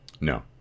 No